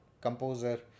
composer